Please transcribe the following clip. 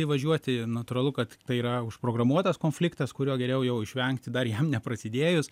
įvažiuoti natūralu kad tai yra užprogramuotas konfliktas kurio geriau jau išvengti dar jam neprasidėjus